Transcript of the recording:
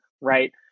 right